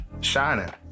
shining